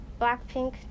Blackpink